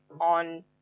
on